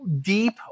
deep